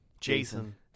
jason